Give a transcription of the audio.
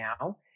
now